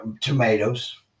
tomatoes